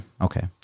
Okay